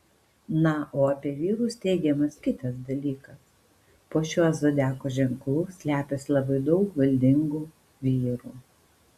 na o apie vyrus teigiamas kitas dalykas po šiuo zodiako ženklu slepiasi labai daug valdingų vyrų